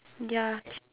ya ch~